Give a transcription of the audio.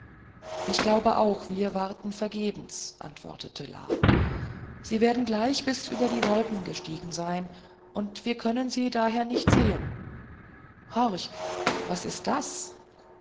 ich glaube auch wir warten vergebens antwortete la sie werden gleich bis über die wolken gestiegen sein und wir können sie daher nicht sehen horch was ist das